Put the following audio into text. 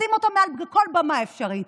שוחטים אותו מעל כל במה אפשרית.